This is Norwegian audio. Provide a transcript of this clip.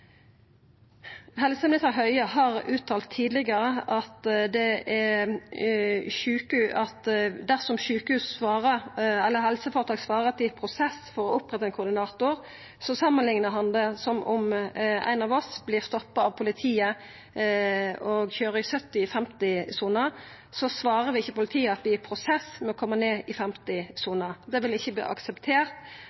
Helseminister Høie har tidlegare uttalt at dersom helseføretak svarar at dei er i prosess for å oppretta koordinator, samanliknar han det med at dersom ein av oss vert stoppa av politiet etter å ha køyrt i 70 km/t i 50 km/t-sona, så svarer vi ikkje politiet at vi er i prosess for å koma ned i 50